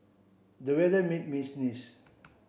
the weather made me sneeze